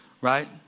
right